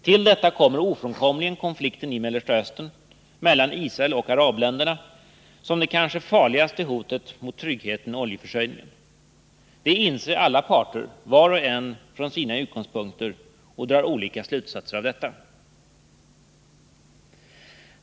Till detta kommer ofrånkomligen konflikten i Mellersta Östern, mellan Israel och arabländerna, som det kanske farligaste hotet mot tryggheten i oljeförsörjningen. Detta inser alla parter, var och en från sina utgångspunkter, och drar olika slutsatser av detta.